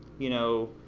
you know,